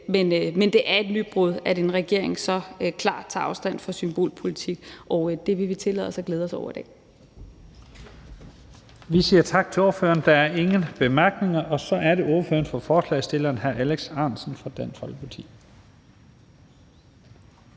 men det er et nybrud, at en regering så klart tager afstand fra symbolpolitik. Og det vil vi tillade os at glæde os over i dag. Kl. 15:24 Første næstformand (Leif Lahn Jensen): Vi siger tak til ordføreren. Der er ingen bemærkninger, og så er det ordføreren for forslagsstillerne, hr. Alex Ahrendtsen fra Dansk Folkeparti.